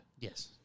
Yes